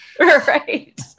Right